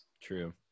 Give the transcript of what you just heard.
True